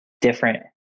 different